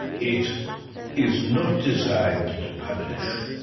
it is not designed to punish,